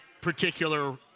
particular